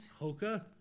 Hoka